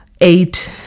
eight